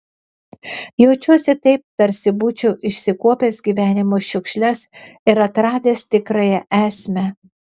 jaučiuosi taip tarsi būčiau išsikuopęs gyvenimo šiukšles ir atradęs tikrąją esmę